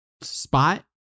spot